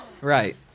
Right